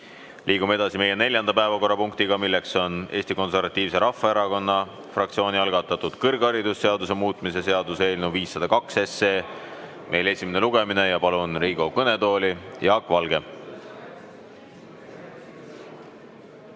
Liigume edasi neljanda päevakorrapunkti juurde, milleks on Eesti Konservatiivse Rahvaerakonna fraktsiooni algatatud kõrgharidusseaduse muutmise seaduse eelnõu 502 esimene lugemine. Palun Riigikogu kõnetooli Jaak Valge.